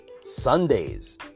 Sundays